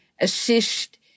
assist